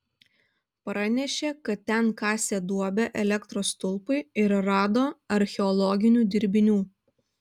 pranešė kad ten kasė duobę elektros stulpui ir rado archeologinių dirbinių